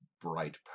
bright